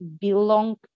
belong